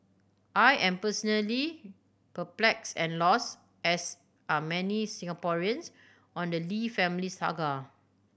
I am personally perplexed and lost as are many Singaporeans on the Lee family saga